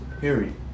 period